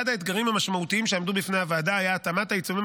אחד האתגרים המשמעותיים שעמדו בפני הוועדה היה התאמת העיצומים